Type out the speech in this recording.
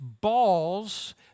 balls